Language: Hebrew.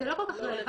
זה לא כל כך רלוונטי.